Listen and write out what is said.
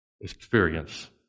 experience